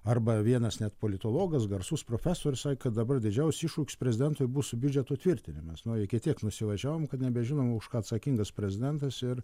arba vienas net politologas garsus profesorius sak kad dabar didžiausias iššūkis prezidentui bus biudžeto tvirtinimas nu iki tiek nusivažiavom kad nebežinom už ką atsakingas prezidentas ir